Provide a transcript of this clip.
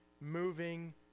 moving